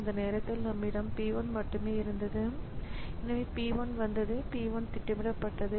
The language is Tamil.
அந்த நேரத்தில் நம்மிடம் P 1 மட்டுமே இருந்தது எனவே P 1 வந்தது P 1 திட்டமிடப்பட்டது